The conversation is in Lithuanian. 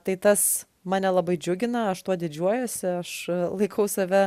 tai tas mane labai džiugina aš tuo didžiuojuosi aš laikau save